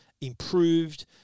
improved